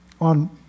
On